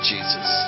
Jesus